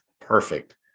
perfect